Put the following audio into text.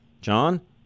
John